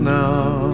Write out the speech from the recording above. now